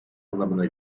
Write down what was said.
anlamına